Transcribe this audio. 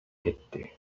кетти